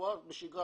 רפואה בשגרה.